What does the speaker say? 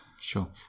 Sure